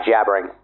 jabbering